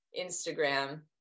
Instagram